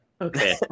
Okay